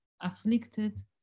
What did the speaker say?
afflicted